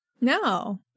No